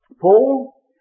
Paul